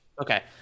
Okay